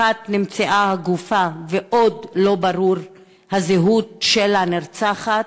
אחת, נמצאה גופה ועוד לא ברורה הזהות של הנרצחת,